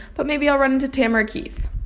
but maybe i'll run into tamara keith.